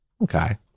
okay